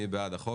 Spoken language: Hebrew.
מי בעד החוק?